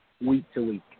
week-to-week